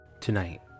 Tonight